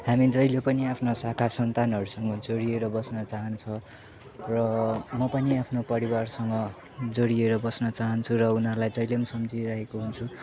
हामी जहिले पनि आफ्ना साखा सन्तानहरूसँग जोडिएर बस्न चाहन्छ र म पनि आफ्नो परिवारसँग जोडिएर बस्न चाहन्छु र उनीहरूलाई जहिले पनि सम्झिरहेको हुन्छु